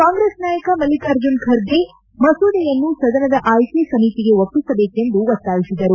ಕಾಂಗ್ರೆಸ್ ನಾಯಕ ಮಲ್ಲಿಕಾರ್ಜುನ್ ಖರ್ಗೆ ಮಸೂದೆಯನ್ನು ಸದನದ ಆಯ್ಲಿ ಸಮಿತಿಗೆ ಒಪ್ಪಿಸಬೇಕೆಂದು ಒತ್ತಾಯಿಸಿದರು